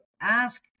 ask